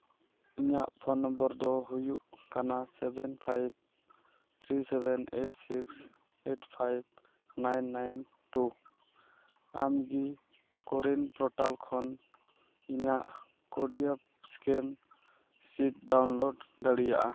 ᱤᱧᱟᱹᱜ phone number ᱫᱚ ᱦᱩᱭᱩᱜ ᱠᱟᱱᱟ seven five three seven eight six eight five nine nine two ᱟᱢ ᱠᱤ ᱠᱳᱨᱤᱱ ᱯᱚᱨᱴᱟᱞ ᱠᱷᱚᱱ ᱤᱧᱟᱹᱜ ᱠᱳᱰᱤᱭᱟᱮᱠᱥᱤᱱ ᱥᱤᱫᱽ ᱰᱟᱣᱩᱱᱞᱳᱰ ᱫᱟᱲᱤᱭᱟᱜᱼᱟ